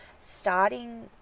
starting